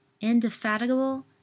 indefatigable